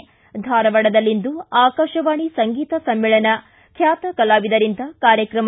ಿ ಧಾರವಾಡದಲ್ಲಿಂದು ಆಕಾಶವಾಣಿ ಸಂಗೀತ ಸಮ್ಮೇಳನ ಖ್ಯಾತ ಕಲಾವಿದರಿಂದ ಕಾರ್ಯಕ್ರಮ